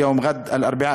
יום רביעי,